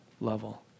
level